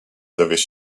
dowiesz